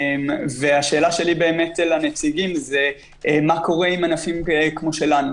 השאלה שלי לנציגים מה קורה עם ענפים כמו שלנו,